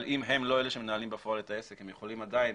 אבל אם הם לא אלה שמנהלים בפועל את העסק, הם עדיין